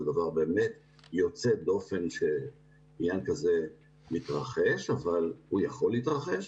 זה דבר באמת יוצא דופן שעניין כזה מתרחש אבל הוא יכול להתרחש,